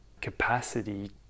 capacity